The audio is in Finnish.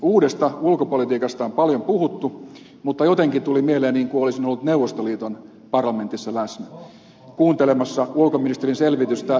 uudesta ulkopolitiikasta on paljon puhuttu mutta jotenkin tuli mieleen niin kuin olisin ollut neuvostoliiton parlamentissa läsnä kuuntelemassa ulkoministerin selvitystä